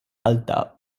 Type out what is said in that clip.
alta